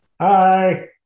hi